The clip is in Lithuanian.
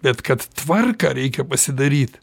bet kad tvarką reikia pasidaryt